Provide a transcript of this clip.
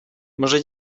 może